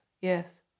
yes